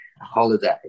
holiday